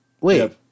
Wait